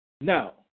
Now